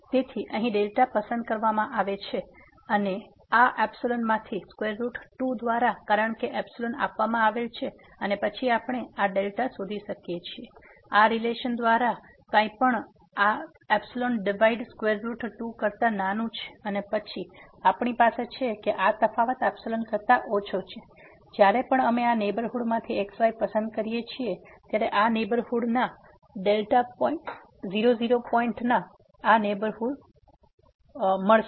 તેથી અહીં પસંદ કરવામાં આવે છે આ માંથી સ્ક્વેર રૂટ 2 દ્વારા કારણ કે આપવામાં આવેલ છે અને પછી આપણે આ શોધી શકીએ છીએ આ રીલેશન દ્વારા કંઈપણ આ ડિવાઈડેડ સ્ક્વેર રૂટ 2 કરતા નાનું છે અને પછી આપણી પાસે છે કે આ તફાવત કરતા ઓછો છે જ્યારે પણ અમે આ નેહબરહુડ માંથી x y પસંદ કરીએ છીએ આ નેહબરહુડ 00 પોઇન્ટ ના આ નેહબરહુડ થી